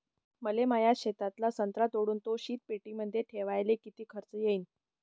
मले माया शेतातला संत्रा तोडून तो शीतपेटीमंदी ठेवायले किती खर्च येईन?